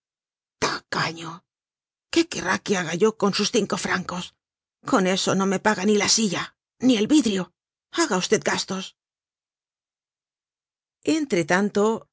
mayor tacaño qué querrá que haga yo con sus cinco francos con eso no me paga ni la silla ni el vidrio haga usted gastos entre tanto